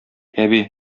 әби